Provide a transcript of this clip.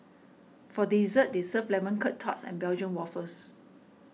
for dessert they serve Lemon Curt Tarts and Belgium Waffles